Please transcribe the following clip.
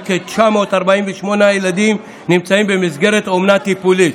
וכ-948 ילדים נמצאים במסגרת אומנה טיפולית.